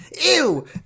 Ew